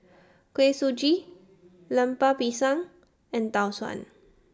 Kuih Suji Lemper Pisang and Tau Suan